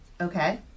Okay